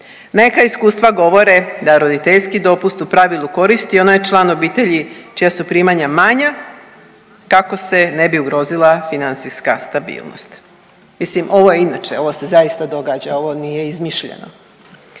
Neka iskustva govore da roditeljski dopust u pravilu koristi onaj član obitelji čija su primanja manja kako se ne bi ugrozila financijska stabilnost. Mislim ovo je inače, ovo se zaista događa, ovo nije izmišljeno.